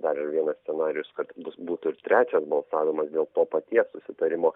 dar vienas scenarijus kad bus būtų ir trečias balsavimas dėl to paties susitarimo